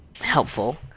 helpful